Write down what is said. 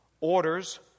orders